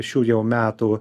šių jau metų